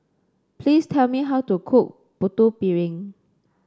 please tell me how to cook Putu Piring